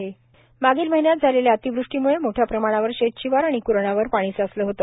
lumpy skin disease मागील महिन्यात झालेल्या अतिवृष्टीमुळे मोठ्या प्रमाणावर शेतशिवार आणि कुरणावर पाणी साचले होते